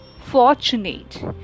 fortunate